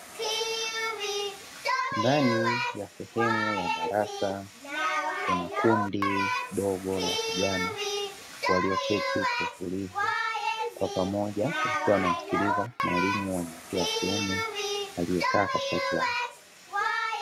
Ndani ya sehemu ya darasa kuna kundi dogo la vijana, walioketi kwa utulivu kwa pamoja wakiwa wanamsikiliza mwalimu wa jinsia ya kiume aliyekaa katikati yao.